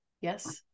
Yes